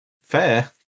fair